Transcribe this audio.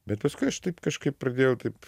bet paskui aš taip kažkaip pradėjau taip